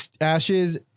Ashes